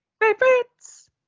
Favorites